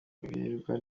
birirwa